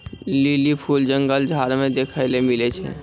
lily फूल जंगल झाड़ मे देखै ले मिलै छै